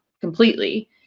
completely